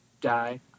die